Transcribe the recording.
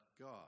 God